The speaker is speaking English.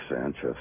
Sanchez